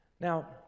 Now